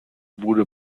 wurde